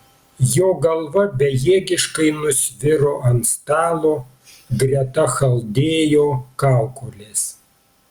jo galva bejėgiškai nusviro ant stalo greta chaldėjo kaukolės